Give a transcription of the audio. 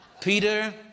Peter